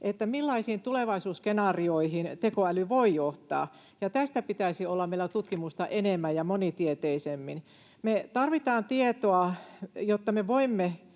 millaisiin tulevaisuusskenaarioihin tekoäly voi johtaa. Tästä pitäisi olla meillä tutkimusta enemmän ja monitieteisemmin. Me tarvitaan tietoa, jotta me voimme